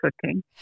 cooking